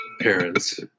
parents